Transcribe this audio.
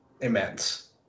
immense